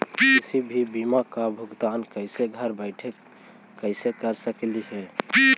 किसी भी बीमा का भुगतान कैसे घर बैठे कैसे कर स्कली ही?